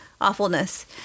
awfulness